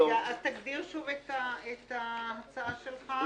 תגדיר שוב את ההצעה שלך.